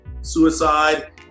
Suicide